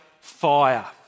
fire